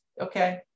okay